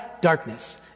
darkness